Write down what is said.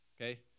Okay